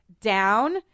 down